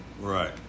Right